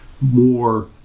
more